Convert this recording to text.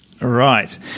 Right